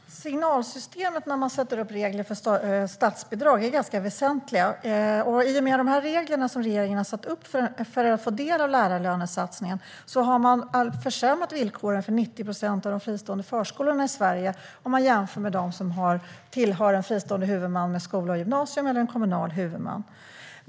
Herr talman! Signalsystemet när man sätter upp regler för statsbidrag är rätt väsentligt. I och med de regler som regeringen har satt upp för att få del av lärarlönesatsningen har man försämrat villkoren för 90 procent av de fristående förskolorna i Sverige, om man jämför med dem som tillhör en fristående huvudman med grundskola och gymnasium eller en kommunal huvudman.